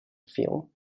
film